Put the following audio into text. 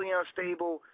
unstable